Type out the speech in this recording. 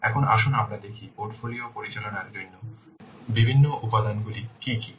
এখন আসুন আমরা দেখি পোর্টফোলিও পরিচালনার জন্য বিভিন্ন উপাদানগুলি কী কী